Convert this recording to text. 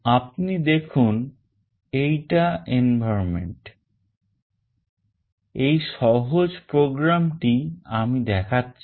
আপনি দেখুন এটা environment এই সহজ program টি আমি দেখাচ্ছি